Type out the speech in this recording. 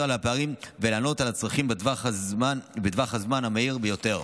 על הפערים ולענות על הצרכים בטווח הזמן המהיר ביותר.